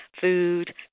food